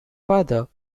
father